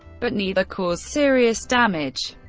but neither caused serious damage.